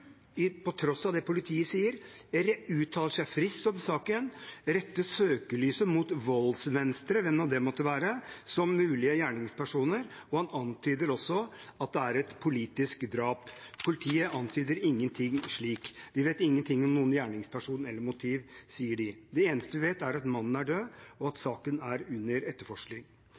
på tross av det politiet sier, uttaler seg friskt om saken, og retter søkelyset mot voldsvenstre, hvem nå det måtte være, som mulige gjerningspersoner. Han antyder også at det er et politisk drap. Politiet antyder ingenting slikt. De vet ingenting om noen gjerningsperson eller noe motiv, sier de. Det eneste de vet, er at mannen er død, og at saken er under etterforskning.